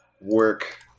work